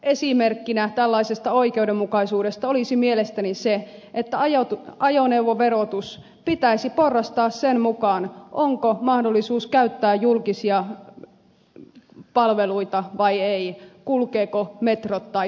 esimerkkinä tällaisesta oikeudenmukaisuudesta olisi mielestäni se että ajoneuvoverotus pitäisi porrastaa sen mukaan onko mahdollisuus käyttää julkisia palveluita vai ei kulkevatko metrot tai bussit